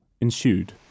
ensued